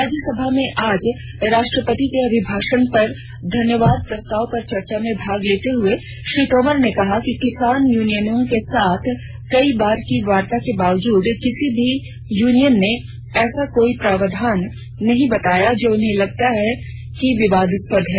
राज्यसभा में आज राष्ट्रपति के अभिभाषण पर धन्यवाद प्रस्ताव पर चर्चा में भाग लेते हुए श्री तोमर ने कहा कि किसान यूनियनों के साथ कई बार की वार्ता के बावजूद किसी भी यूनियन ने ऐसा कोई प्रावधान नहीं बताया जो उन्हें लगता है कि विवादास्पद है